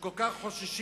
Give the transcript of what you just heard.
שכל כך חוששים: